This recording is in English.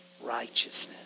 righteousness